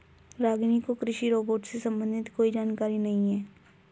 रागिनी को कृषि रोबोट से संबंधित कोई जानकारी नहीं है